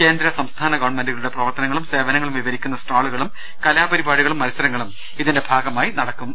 കേന്ദ്ര സംസ്ഥാന ഗവൺമെന്റുകളുടെ പ്രവർത്തനങ്ങളും സേവനങ്ങളും വിവരി ക്കുന്ന സ്റ്റാളുകളും കലാപരിപാടികളും മത്സരങ്ങളും ഇതിന്റെ ഭാഗമായി നടക്കുന്നുണ്ട്